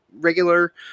regular